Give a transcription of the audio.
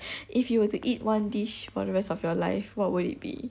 if you were to eat one dish for the rest of your life what would it be